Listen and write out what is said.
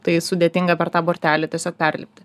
tai sudėtinga per tą bortelį tiesiog perlipti